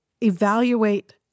evaluate